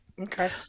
Okay